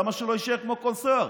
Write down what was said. למה שלא יישאר כמו כל שר?